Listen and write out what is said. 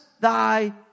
thy